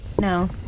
No